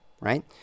right